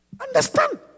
Understand